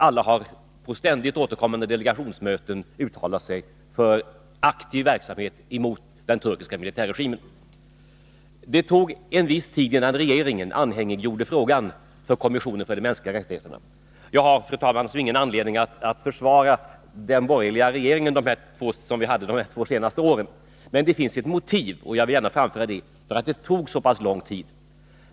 Alla har på ständigt återkommande delegationsmöten uttalat sig för aktiv verksamhet emot den turkiska militärregimen. Det tog en viss tid innan regeringen anhängiggjorde frågan inför kommissionen för de mänskliga rättigheterna. Jag har, fru talman, ingen 43 anledning att försvara den borgerliga regering som vi hade de två senaste åren. Men det finns ju ett motiv — och jag vill gärna framföra det — för att det tog så pass lång tid.